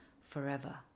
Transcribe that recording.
forever